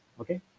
okay